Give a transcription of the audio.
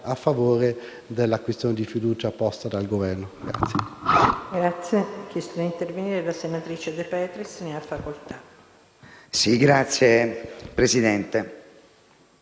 a favore della questione di fiducia posta dal Governo.